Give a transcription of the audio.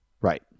Right